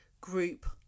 group